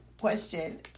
question